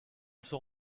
sont